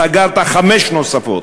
סגרת חמש נוספות.